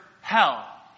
hell